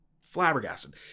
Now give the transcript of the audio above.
flabbergasted